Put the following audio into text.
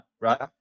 right